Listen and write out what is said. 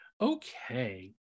Okay